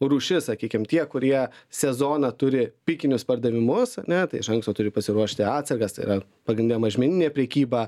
rūšis sakykim tie kurie sezoną turi pikinius pardavimus ane tai iš anksto turi pasiruošti atsargas tai yra pagrindinė mažmeninė prekyba